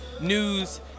news